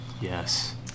Yes